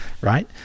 right